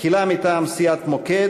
תחילה מטעם סיעת מוקד,